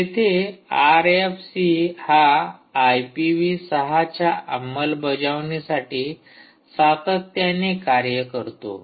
तेथे R F C हा IPv ६ च्या अंमलबजावणीसाठी सातत्याने कार्य करतो